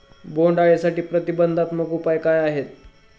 बोंडअळीसाठी प्रतिबंधात्मक उपाय काय आहेत?